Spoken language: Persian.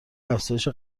افزایش